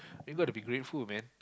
you got to be grateful man